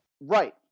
right